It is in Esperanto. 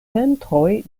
centroj